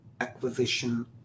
acquisition